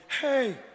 Hey